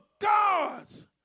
God's